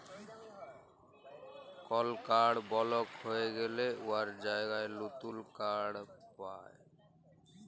call card block হঁয়ে গ্যালে উয়ার জায়গায় লতুল কাড় পায়